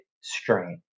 strain